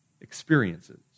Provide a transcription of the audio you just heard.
experiences